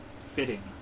fitting